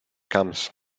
comes